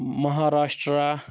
Maharashtra